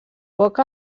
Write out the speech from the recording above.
poc